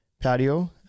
patio